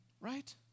right